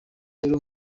rero